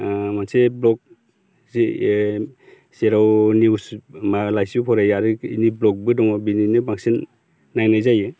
मोनसे ब्लग जि जेराव निउस मा लाइसि फरायो इनि ब्लगबो दङ बिनो बांसिन नायनाय जायो